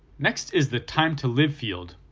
next is the time to live field,